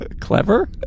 Clever